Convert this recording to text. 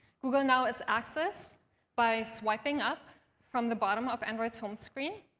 google now is accessed by swiping up from the bottom of android's home screen